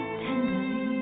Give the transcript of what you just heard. tenderly